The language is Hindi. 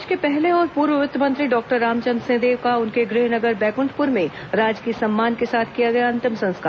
प्रदेश के पहले और पूर्व वित्त मंत्री डॉक्टर रामचंद्र सिंहदेव का उनके गृह नगर बैकुंठपुर में राजकीय सम्मान के साथ किया गया अंतिम संस्कार